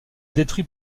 détruit